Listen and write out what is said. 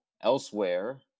elsewhere